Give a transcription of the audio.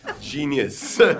Genius